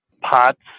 pots